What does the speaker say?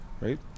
right